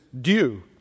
due